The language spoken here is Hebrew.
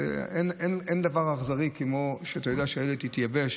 אין דבר אכזרי מזה שאתה יודע שהילד התייבש